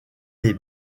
les